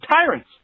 tyrants